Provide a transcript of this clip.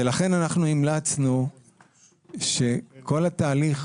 ולכן המלצנו שכל התהליך